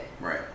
Right